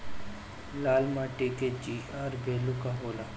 लाल माटी के GR value का होला?